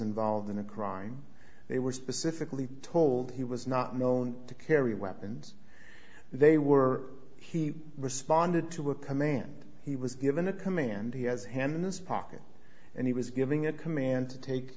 involved in a crime they were specifically told he was not known to carry weapons they were he responded to a command he was given a command he has a hand in this pocket and he was giving a command to take